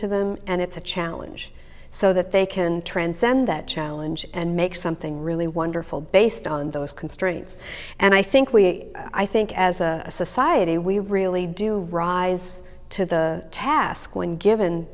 to them and it's a challenge so that they can transcend that challenge and make something really wonderful based on those constraints and i think we i think as a society we really do rise to the task when given